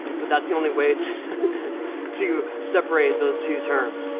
but that's the only way to to separate those two terms.